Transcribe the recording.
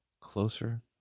closer